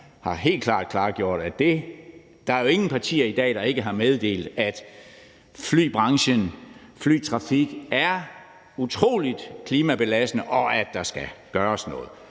dag helt klart har klargjort, at der jo ikke er nogen partier i dag, der ikke har meddelt, at flytrafik er utrolig klimabelastende, og at der skal gøres noget.